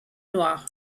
noir